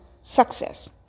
success